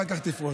אחר כך תפרוש.